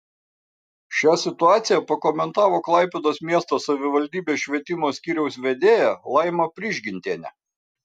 šią situaciją pakomentavo klaipėdos miesto savivaldybės švietimo skyriaus vedėja laima prižgintienė